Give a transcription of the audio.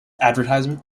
advertisement